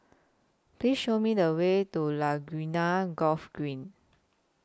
Please Show Me The Way to Laguna Golf Green